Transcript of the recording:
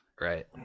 right